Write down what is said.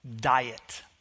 diet